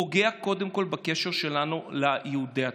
פוגע קודם כול בקשר שלנו ליהודי התפוצות.